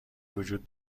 وجود